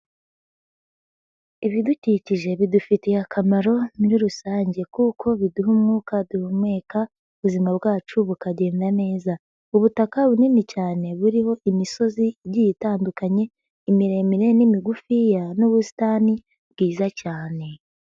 Ibidukikije bidufitiye akamaro muri rusange kuko biduha umwuka duhumeka ubuzima bwacu bukagenda neza. Ubutaka bunini cyane buriho imisozi igiye itandukanye imiremire n'imigufiya n'ubusitani bwiza cyane.